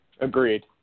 Agreed